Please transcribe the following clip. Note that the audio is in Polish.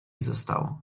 zostało